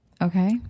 Okay